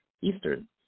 Eastern